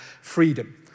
freedom